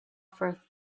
for